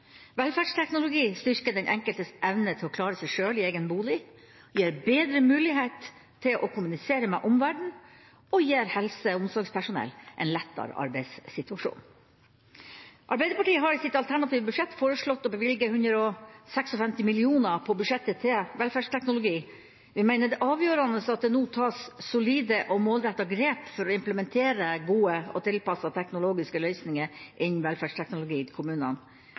Velferdsteknologi styrker den enkeltes evne til å klare seg selv i egen bolig, gir bedre mulighet til å kommunisere med omverdenen og gir helse- og omsorgspersonell en lettere arbeidssituasjon. Arbeiderpartiet har i sitt alternative budsjett foreslått å bevilge 156 mill. kr til velferdsteknologi. Vi mener det er avgjørende at det nå tas solide og målrettede grep for å implementere gode og tilpassede teknologiske løsninger innen velferdsteknologi i kommunene.